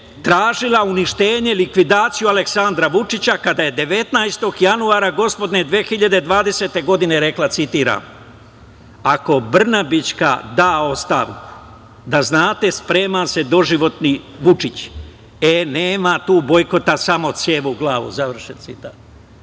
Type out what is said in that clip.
tražila uništenje, likvidaciju Aleksandra Vučića kada je 19. januara gospodnje 2020. godine rekla, citiram: „Ako Brnabićka da ostavku, da znate, sprema se doživotni Vučić. E, nema tu bojkota, samo cev u glavu“, završen citat.